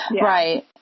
right